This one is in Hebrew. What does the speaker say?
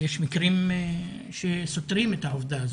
יש מקרים שסותרים את העובדה הזאת.